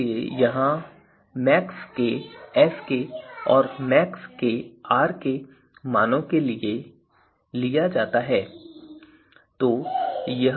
इसलिए यहाँ maxkS और maxkRk मानों को लिया जाना है